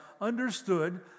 understood